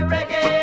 Reggae